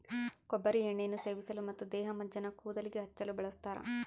ಕೊಬ್ಬರಿ ಎಣ್ಣೆಯನ್ನು ಸೇವಿಸಲು ಮತ್ತು ದೇಹಮಜ್ಜನ ಕೂದಲಿಗೆ ಹಚ್ಚಲು ಬಳಸ್ತಾರ